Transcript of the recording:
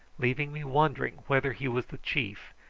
leaving me wondering whether he was the chief,